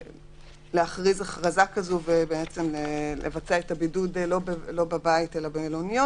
להכריז הכרזה כזו על בידוד לא בבית אלא במלוניות.